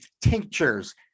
tinctures